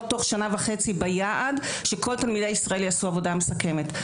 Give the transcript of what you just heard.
תוך שנה וחצי ביעד שכל תלמידי ישראל יעשו עבודה מסכמת.